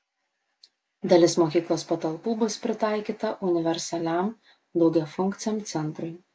dalis mokyklos patalpų bus pritaikyta universaliam daugiafunkciam centrui